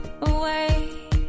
away